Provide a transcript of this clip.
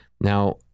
Now